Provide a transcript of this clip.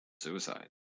suicide